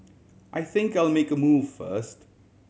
I think I'll make a move first